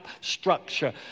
structure